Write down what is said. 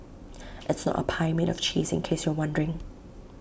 it's not A pie made of cheese in case you're wondering